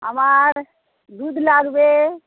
আমার দুধ লাগবে